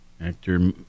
Actor